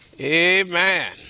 Amen